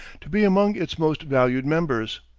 to be among its most valued members.